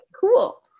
cool